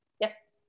Yes